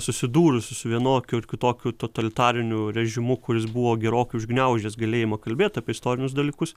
susidūrusių su vienokiu ar kitokiu totalitariniu režimu kuris buvo gerokai užgniaužęs galėjimą kalbėt apie istorinius dalykus